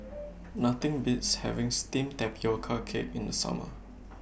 Nothing Beats having Steamed Tapioca Cake in The Summer